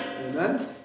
Amen